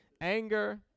Anger